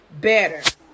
better